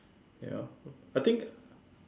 ya I think